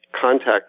contact